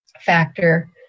factor